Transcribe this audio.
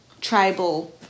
tribal